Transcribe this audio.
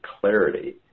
clarity